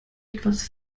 etwas